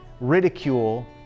ridicule